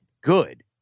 good